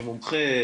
שמומחה,